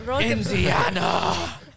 Indiana